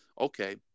okay